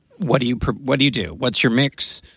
what do you what do you do? what's your mix?